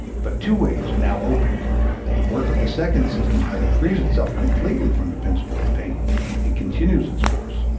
but two ways are now opened the work of the second system either frees itself completely from the principle of pain and continues its course,